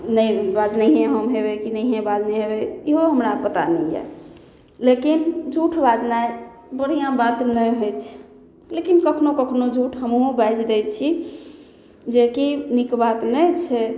नहि बाजनैहिए हम हेबै कि नहिए बाजने हेबै इहो हमरा पता नहि यऽ लेकिन झूठ बाजनाइ बढ़िआँ बात नहि होइ छै लेकिन कखनहु कखनहु झूठ हमहूँ बाजि लै छी जेकि नीक बात नहि छै